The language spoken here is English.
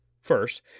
First